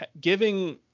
giving